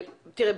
תראה,